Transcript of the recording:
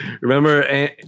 Remember